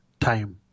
time